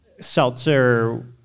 seltzer